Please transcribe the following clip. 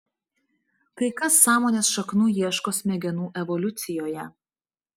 kai kas sąmonės šaknų ieško smegenų evoliucijoje